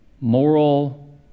moral